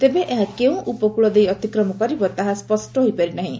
ତେବେ ଏହା କେଉଁ ଉପକକଳ ଦେଇ ଅତିକ୍ରମ କରିବ ତାହା ସ୍ୱଷ୍ ହୋଇପାରି ନାହିଁ